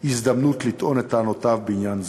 הזדמנות לטעון את טענותיו בעניין זה.